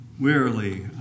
Wearily